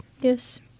Yes